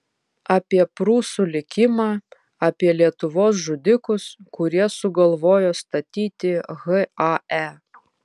apie prūsų likimą apie lietuvos žudikus kurie sugalvojo statyti hae